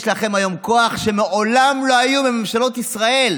יש לכם היום כוח שמעולם לא היו בממשלות ישראל,